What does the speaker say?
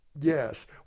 Yes